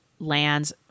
lands